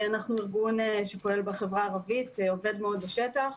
אנחנו ארגון שפועל בחברה הערבית ועובד מאוד בשטח.